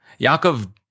Yaakov